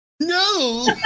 No